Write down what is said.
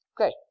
Okay